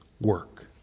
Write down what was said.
work